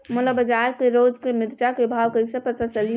मोला बजार के रोज के मिरचा के भाव कइसे पता चलही?